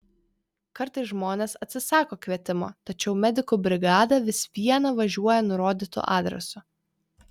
kartais žmonės atsisako kvietimo tačiau medikų brigada vis viena važiuoja nurodytu adresu